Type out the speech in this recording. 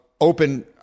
open